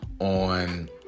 on